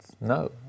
no